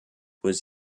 was